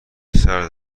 سرد